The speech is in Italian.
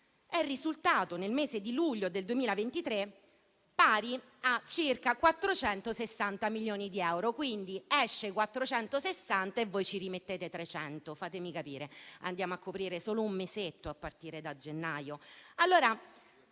è risultata nel mese di luglio del 2023 pari a circa 460 milioni di euro: quindi esce 460 e voi ci rimettete 300. Fatemi capire: andiamo a coprire solo un mesetto a partire da gennaio?